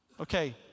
Okay